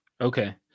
okay